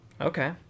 okay